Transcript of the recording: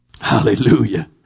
Hallelujah